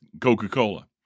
Coca-Cola